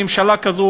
ממשלה כזו,